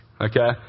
Okay